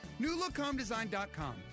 newlookhomedesign.com